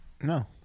No